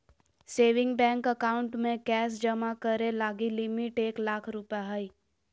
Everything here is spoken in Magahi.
सेविंग बैंक अकाउंट में कैश जमा करे लगी लिमिट एक लाख रु हइ